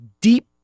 deep